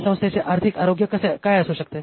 त्या संस्थेचे आर्थिक आरोग्य काय असू शकते